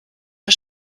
der